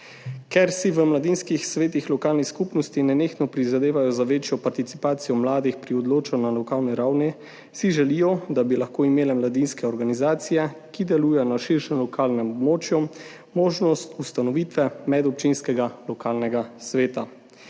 Ker si v mladinskih svetih lokalnih skupnosti nenehno prizadevajo za večjo participacijo mladih pri odločanju na lokalni ravni, si želijo, da bi lahko imele mladinske organizacije, ki delujejo na širšem lokalnem območju, možnost ustanovitve medobčinskega lokalnega sveta.